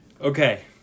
Okay